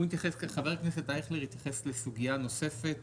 חבר הכנסת אייכלר התייחס לסוגייה נוספת